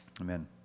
Amen